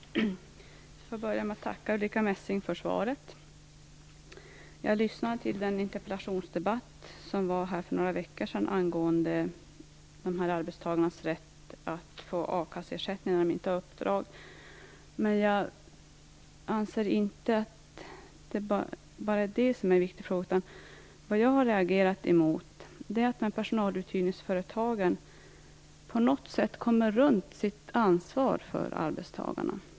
Herr talman! Jag får börja med att tacka Ulrica Messing för svaret. Jag lyssnade till den interpellationsdebatt som var här för några veckor sedan angående dessa arbetstagares rätt att få a-kasseersättning när de inte har uppdrag. Men jag anser inte att det bara är den frågan som är viktig. Vad jag har regerat mot är att personaluthyrningsföretagen på något sätt kommer runt sitt ansvar för arbetstagarna.